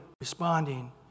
responding